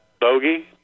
bogey